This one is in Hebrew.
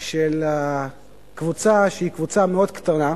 של קבוצה שהיא קבוצה מאוד קטנה,